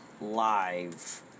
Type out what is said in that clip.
live